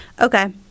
Okay